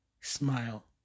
smile